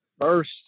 first